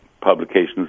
publications